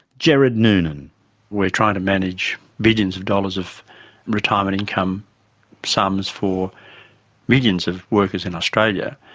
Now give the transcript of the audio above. gerard noonan we're trying to manage billions of dollars of retirement income sums for millions of workers in australia.